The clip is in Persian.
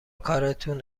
کارتون